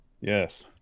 Yes